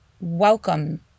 welcome